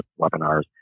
webinars